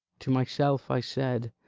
to myself i said,